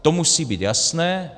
To musí být jasné.